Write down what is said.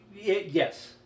Yes